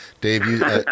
Dave